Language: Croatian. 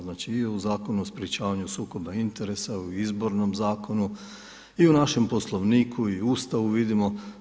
Znači i u Zakonu o sprječavanju sukoba interesa i u Izbornom zakonu i u našem Poslovniku i u Ustavu vidimo.